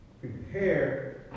Prepare